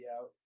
out